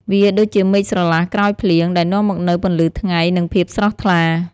វាដូចជាមេឃស្រឡះក្រោយភ្លៀង ដែលនាំមកនូវពន្លឺថ្ងៃ និងភាពស្រស់ថ្លា។